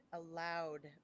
allowed